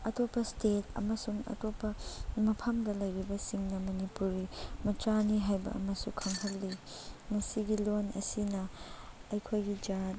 ꯑꯇꯣꯞꯄ ꯏꯁꯇꯦꯠ ꯑꯃꯁꯨꯡ ꯑꯇꯣꯞꯄ ꯃꯐꯝꯗ ꯂꯩꯔꯤꯕꯁꯤꯡꯅ ꯃꯅꯤꯄꯨꯔꯤ ꯃꯆꯥꯅꯤ ꯍꯥꯏꯕ ꯑꯃꯁꯨ ꯈꯪꯍꯜꯂꯤ ꯃꯁꯤꯒꯤ ꯂꯣꯟ ꯑꯁꯤꯅ ꯑꯩꯈꯣꯏꯒꯤ ꯖꯥꯠ